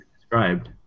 described